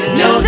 no